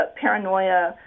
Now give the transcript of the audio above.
paranoia